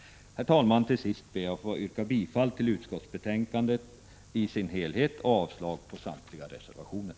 48 Herr talman! Jag ber att få yrka bifall till utskottets hemställan i dess helhet och avslag på samtliga reservationer.